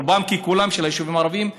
רובם ככולם של היישובים הערביים,